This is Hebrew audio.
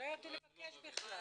ידעו לבקש בכלל.